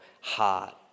heart